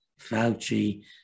Fauci